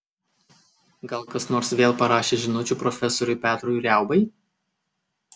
gal kas nors vėl parašė žinučių profesoriui petrui riaubai